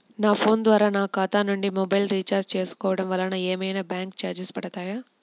నా ఫోన్ ద్వారా నా ఖాతా నుండి మొబైల్ రీఛార్జ్ చేసుకోవటం వలన ఏమైనా బ్యాంకు చార్జెస్ పడతాయా?